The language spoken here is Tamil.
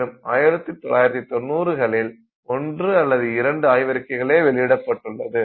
மேலும் 1990களில் 1 2 ஆய்வறிக்கைகளே வெளியிடப்பட்டுள்ளது